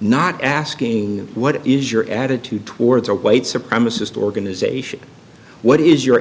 not asking what is your attitude towards a white supremacist organization what is your